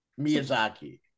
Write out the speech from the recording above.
Miyazaki